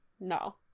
No